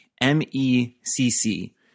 M-E-C-C